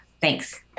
thanks